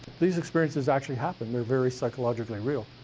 these experiences actually happen. they're very psychologically real.